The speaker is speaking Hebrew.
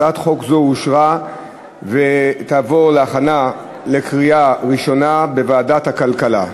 הצעת חוק זו אושרה ותועבר להכנה לקריאה ראשונה בוועדת הכלכלה.